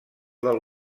del